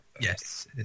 Yes